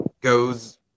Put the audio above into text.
goes